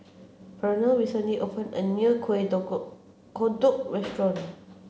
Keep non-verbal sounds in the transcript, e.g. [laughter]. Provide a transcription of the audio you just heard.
Pernell recently opened a new Kuih [unintelligible] Kodok Restaurant